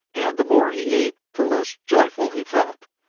and the more he ate the less joyful he felt.